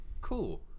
cool